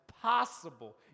possible